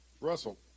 Russell